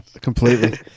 Completely